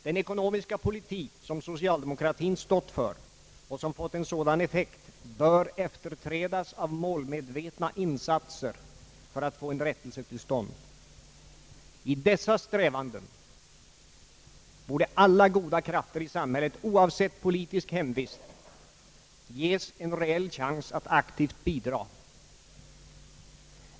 Den ekonomiska politik som socialdemokratien stått för och som fått en sådan effekt bör efterträdas av målmedvetna insatser för att få en rättelse till stånd. I dessa strävanden borde alla goda krafter i samhället, oavsett politisk hemvist, ges en reell chans att aktivt bidraga.